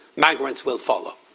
migrants will follow.